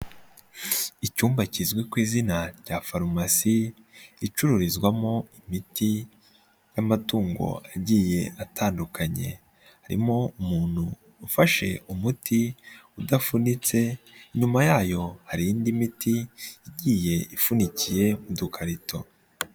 Icyumba kizwi ku izina rya farumasi icururizwamo imiti y'amatungo agiye atandukanye, harimo umuntu ufashe umuti udafunitse inyuma yayo hari indi miti igiye ipfundikiye mu dukarito.